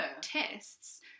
tests